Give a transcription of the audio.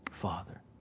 Father